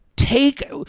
take